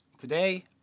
Today